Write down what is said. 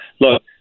Look